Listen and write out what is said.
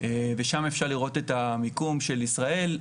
ושם אפשר לראות את המיקום של ישראל.